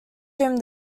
him